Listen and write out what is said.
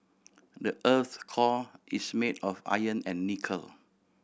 the earth's core is made of iron and nickel